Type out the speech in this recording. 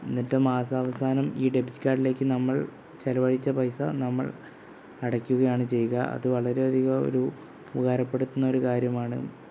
എന്നിട്ട് മാസം അവസാനം ഈ ഡെബിറ്റ് കാർഡിലേക്ക് നമ്മൾ ചിലവഴിച്ച പൈസ നമ്മൾ അടയ്ക്കുകയാണ് ചെയ്യുക അത് വളരെ അധികം ഒരു ഉപകാരപ്പെടുത്തുന്ന ഒരു കാര്യമാണ്